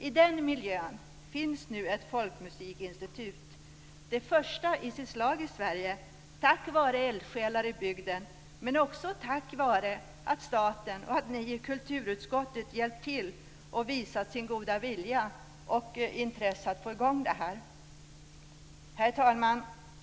I denna miljö finns nu ett folkmusikinstitut - det första i sitt slag i Sverige - tack vare eldsjälar i bygden, men också tack vare att staten och kulturutskottet hjälpt till att visa sin goda vilja och intresse för att få i gång detta. Herr talman!